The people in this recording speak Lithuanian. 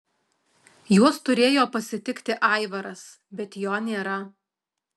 juos turėjo pasitikti aivaras bet jo nėra